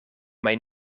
mijn